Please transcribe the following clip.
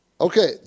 Okay